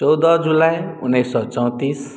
चौदह जुलाइ उन्नैस सए चौंतीस